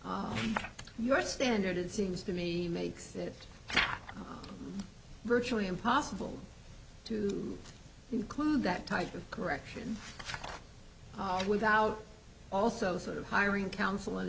your standard it seems to me makes it virtually impossible to include that type of correction without also sort of hiring counsel